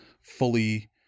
fully